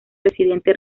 residente